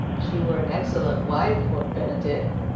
she were an excellent wife for benedick.